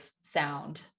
sound